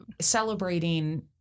Celebrating